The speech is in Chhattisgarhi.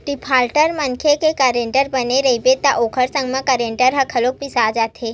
डिफाल्टर मनखे के गारंटर बने रहिबे त ओखर संग म गारंटर ह घलो पिसा जाथे